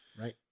Right